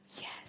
yes